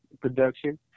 production